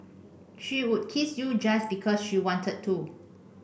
she would kiss you just because she wanted to